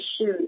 shoes